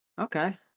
okay